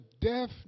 death